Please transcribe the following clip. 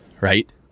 right